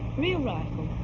real rifle.